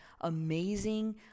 amazing